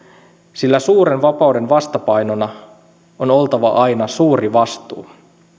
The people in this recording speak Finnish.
sillä suuren vapauden vastapainona on oltava aina suuri vastuu